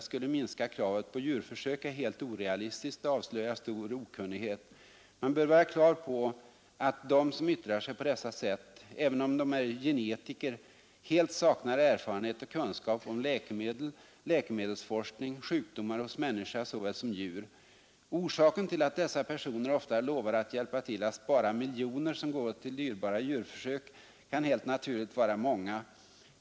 skulle minska kravet på djurförsök är helt orealistisk och avslöjar stor okunnighet. Man bör vara klar på att de som yttrar sig på detta sätt, även om de är genetiker, helt saknar erfarenhet och kunskap om läkemedel, läkemedelsforskning, sjukdomar hos människa såväl som djur. Orsakerna till att dessa personer ofta lovar att hjälpa till att spara miljoner som går åt till dyrbara djurförsök kan helt naturligt vara många.